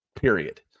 period